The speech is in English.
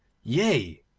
yea,